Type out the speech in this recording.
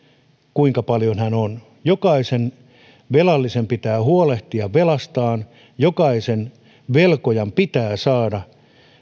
kuinka paljon hän on jokaisen velallisen pitää huolehtia velastaan jokaisen velkojan pitää saada